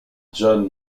john